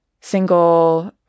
single